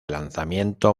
lanzamiento